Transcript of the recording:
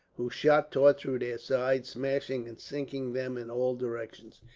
whose shot tore through their sides, smashing and sinking them in all directions.